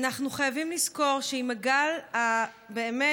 אנחנו חייבים לזכור שעם הגל הבאמת-עצום